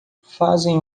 fazem